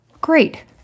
Great